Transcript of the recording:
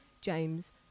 James